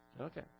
Okay